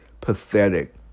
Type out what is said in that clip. pathetic